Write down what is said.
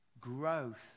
growth